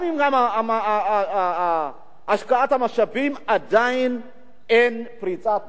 גם עם השקעת המשאבים, עדיין אין פריצת דרך.